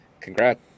Congrats